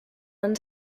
ens